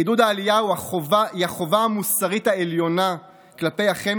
עידוד העלייה הוא החובה המוסרית העליונה כלפי אחינו